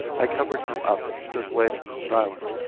i covered him up and stood waiting in silence,